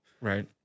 Right